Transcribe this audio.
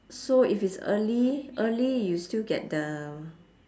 so if it's early early you still get the